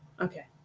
Okay